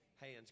hands